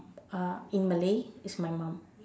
uh in Malay is my mum